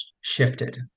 shifted